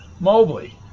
Mobley